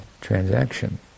transaction